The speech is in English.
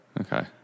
Okay